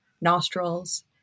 nostrils